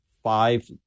five